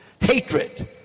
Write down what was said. Hatred